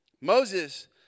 Moses